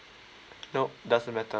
nope doesn't matte